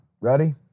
Ready